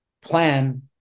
plan